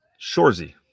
Shorzy